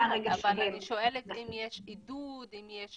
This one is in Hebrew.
אני יודעת, אבל אני שואלת אם יש עידוד, אם יש